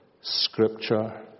Scripture